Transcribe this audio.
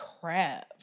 crap